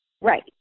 Right